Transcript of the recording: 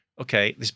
okay